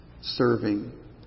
serving